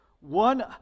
One